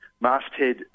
masthead